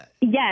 yes